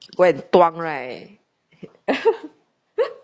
go and tuang right